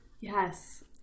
Yes